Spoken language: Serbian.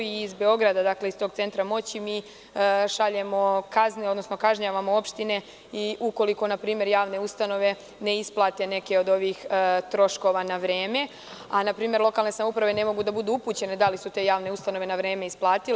Iz Beograda, iz tog centra moći, mi šaljemo kazne odnosno kažnjavamo opštine i ukoliko javne ustanove ne isplate neke od ovih troškova na vreme, a na primer lokalne samouprave ne mogu da budu upućene da li su te javne ustanove na vreme isplatile.